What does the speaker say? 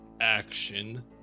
action